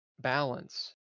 balance